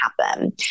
happen